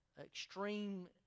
extreme